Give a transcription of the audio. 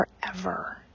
forever